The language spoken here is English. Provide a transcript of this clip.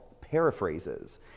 paraphrases